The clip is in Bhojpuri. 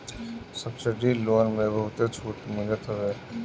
सब्सिडी लोन में बहुते छुट मिलत हवे